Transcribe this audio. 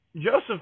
Joseph